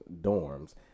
dorms